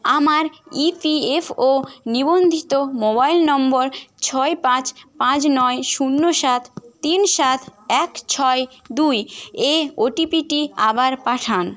আমার ইপিএফও নিবন্ধিত mobile number ছয় পাঁচ পাঁচ নয় শূন্য সাত তিন সাত এক ছয় দুই এ ও টি পিটি আবার পাঠান